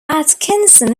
atkinson